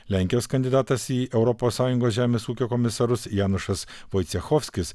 lenkijos kandidatas į europos sąjungos žemės ūkio komisarus janušas vaicechovskis